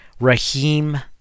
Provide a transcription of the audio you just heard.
Raheem